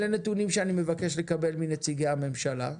אלה נתונים שאני מבקש לקבל מנציגי הממשלה.